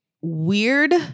weird